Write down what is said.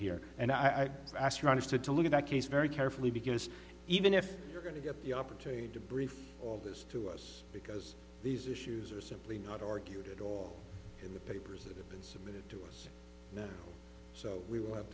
here and i ask you understood to look at that case very carefully because even if you're going to get the opportunity to brief all this to us because these issues are simply not argued at all in the papers that have been submitted to us now so we w